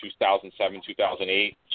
2007-2008